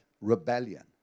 rebellion